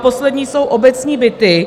Poslední jsou obecní byty.